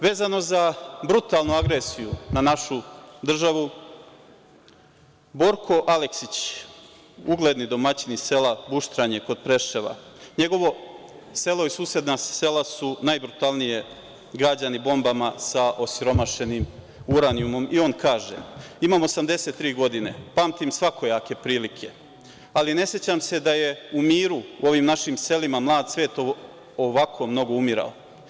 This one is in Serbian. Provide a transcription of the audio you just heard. Vezano za brutalnu agresiju na našu državu, Borko Aleksić, ugledni domaćin iz sela Buštranje kod Preševa, njegovo selo i susedna sela su najbrutalnije gađani bombama sa osiromašenim uranijumom, kaže: „Imam 83 godine, pamtim svakojake prilike, ali ne sećam se da je u miru u ovim našim selima mlad svet ovako mnogo umirao.